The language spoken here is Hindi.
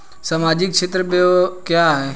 सामाजिक क्षेत्र व्यय क्या है?